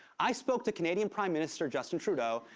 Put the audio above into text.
i spoke to canadian prime minister justin trudeau,